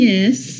Yes